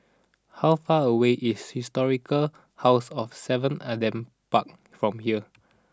how far away is Historical House of seven Adam Park from here